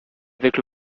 avec